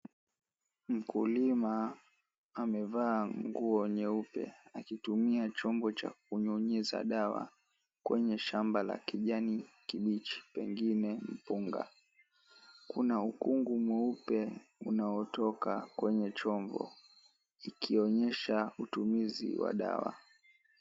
Mkulima amevaa nguo nyeupe, akitumia chombo cha kunyunyiza dawa kwenye shamba la kijani kibichi, pengine mpunga, kuna ukungu mweupe unaotoka kwenye chombo, kikionyesha utumizi wa dawa.